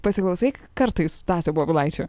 pasiklausai kartais stasio povilaičio